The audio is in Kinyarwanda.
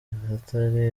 ahatari